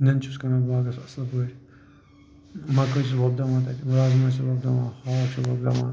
نیٚنٛدٕ چھُس کران باغَس اَصٕل پٲٹھۍ مَٹر چھِ وۄپداوان رازما چھِ وۄپداوان ہاکھ چھِ وُۄپداوان